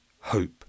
Hope